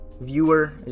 viewer